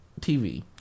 TV